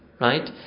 right